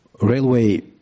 Railway